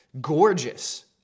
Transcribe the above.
Gorgeous